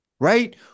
Right